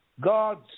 God's